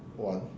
one